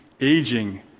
aging